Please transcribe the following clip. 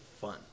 fun